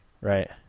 right